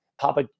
Papa